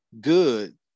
good